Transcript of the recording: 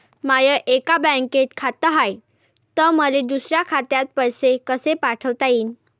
माय एका बँकेत खात हाय, त मले दुसऱ्या खात्यात पैसे कसे पाठवता येईन?